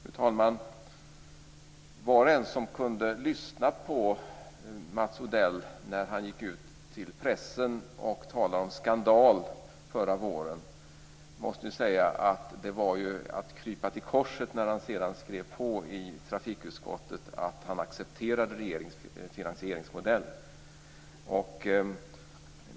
Fru talman! Var och en som kunde lyssna på Mats Odell när han gick ut till pressen och talade om skandal förra våren måste säga att det var att krypa till korset när han sedan skrev på i trafikutskottet att han accepterade regeringens finansieringsmodell.